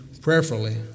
prayerfully